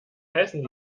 heißen